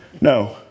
No